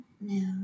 No